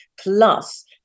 plus